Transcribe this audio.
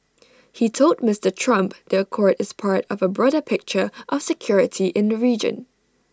he told Mister Trump the accord is part of A broader picture of security in region